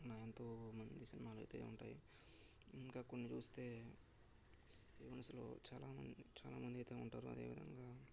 సినిమాలైతే ఉంటాయి ఇంకా కొన్ని చూస్తే మనుషులు చాలా మంది చాలామందైతే ఉంటారు అదేవిధంగా